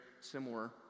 similar